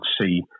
see